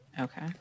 Okay